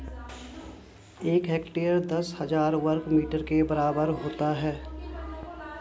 एक हेक्टेयर दस हजार वर्ग मीटर के बराबर होता है